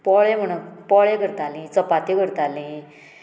पोळे म्हणून पोळे करतालीं चपात्यो करतालीं